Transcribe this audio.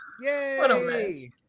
yay